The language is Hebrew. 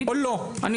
או לא?